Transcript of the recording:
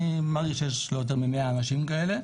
אני מעריך שיש לא יותר מ-100 אנשים כאלה.